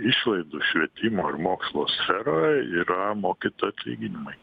išlaidų švietimo ir mokslo sferoj yra mokyto atlyginimai